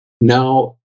now